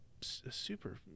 super